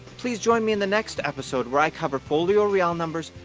please join me in the next episode where i cover folio real numbers,